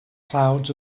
clouds